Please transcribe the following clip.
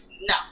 No